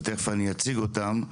ותיכף אני אציג אותן,